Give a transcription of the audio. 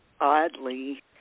oddly